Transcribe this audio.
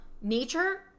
Nature